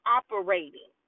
operating